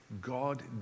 God